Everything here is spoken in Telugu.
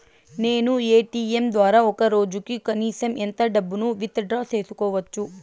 నేను ఎ.టి.ఎం ద్వారా ఒక రోజుకి కనీసం ఎంత డబ్బును విత్ డ్రా సేసుకోవచ్చు?